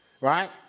right